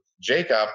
Jacob